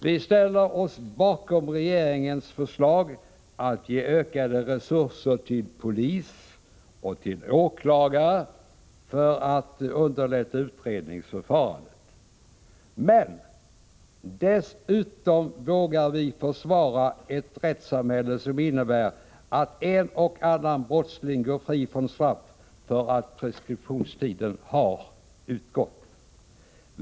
Vi ställer oss bakom regeringens förslag att ge ökade resurser till polis och åklagare för att underlätta utredningsförfarandet. Men dessutom vågar vi försvara ett rättssamhälle som innebär att en och annan brottsling går fri från straff därför att preskriptionstiden har gått ut.